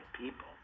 people